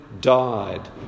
died